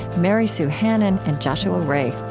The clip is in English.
mary sue hannan, and joshua rae